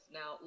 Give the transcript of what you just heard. Now